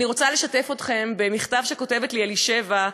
אני רוצה לשתף אתכם במכתב שכתבה לי אלישבע,